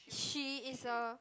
she is a